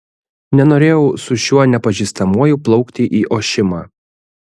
nenorėjau su šiuo nepažįstamuoju plaukti į ošimą